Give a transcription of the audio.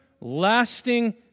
lasting